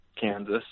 kansas